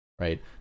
right